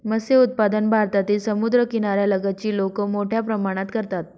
मत्स्य उत्पादन भारतातील समुद्रकिनाऱ्या लगतची लोक मोठ्या प्रमाणात करतात